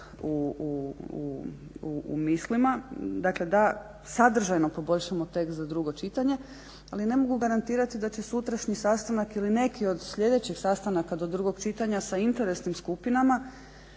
u mislima dakle da sadržajno poboljšamo tekst za drugo čitanje, ali ne mogu garantirati da će sutrašnji sastanak ili neki od sljedećih sastanaka do drugog čitanja sa interesnim skupinama.